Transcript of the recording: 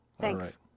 Thanks